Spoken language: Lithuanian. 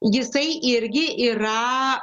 jisai irgi yra